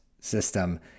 system